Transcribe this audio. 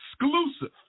exclusive